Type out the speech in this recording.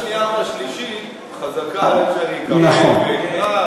אבל עד השנייה והשלישית חזקה עלי שאני אקבל ואלמד.